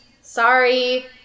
Sorry